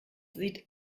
sieht